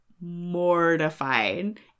mortified